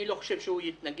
אני לא חושב שהוא יתנגד.